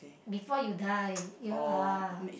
before you die you're